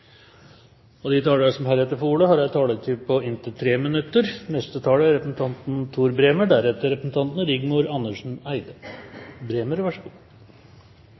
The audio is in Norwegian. De talere som heretter får ordet, har en taletid på inntil 3 minutter.